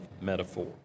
metaphor